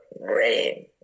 rain